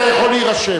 אתה יכול להירשם.